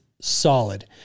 solid